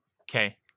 Okay